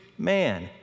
Man